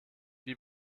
wie